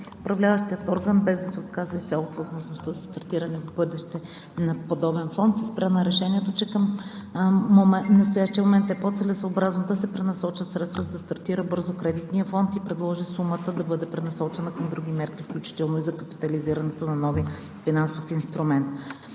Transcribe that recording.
Управляващият орган, без да се отказва изцяло от възможността за стартиране в бъдеще на подобен фонд, се спря на решението, че към настоящия момент е по-целесъобразно да се пренасочат средства, за да стартира бързо кредитният фонд и предложи сумата да бъде пренасочена към други мерки, включително и за капитализирането на нов Финансов инструмент,